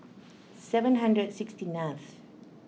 seven hundred sixty ninth